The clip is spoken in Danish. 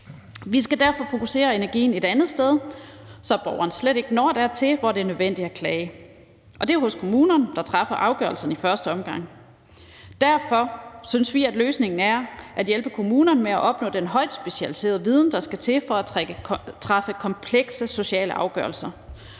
Vi skal derfor fokusere energien et andet sted, så borgeren slet ikke når dertil, hvor det er nødvendigt at klage, og det er hos kommunerne, der træffer afgørelsen i første omgang. Derfor synes vi, at løsningen er at hjælpe kommunerne med at opnå den højt specialiserede viden, der skal til for at træffe komplekse sociale afgørelser.